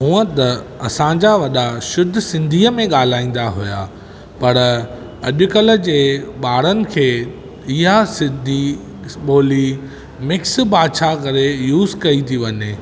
हूअं त असांजा वॾा शुद्ध सिंधीअ में ॻाल्हाईंदा हुआ पर अॼुकल्ह जे ॿारनि खे इहा सिंधी ॿोली मिक्स बाछा करे यूस कई थी वञे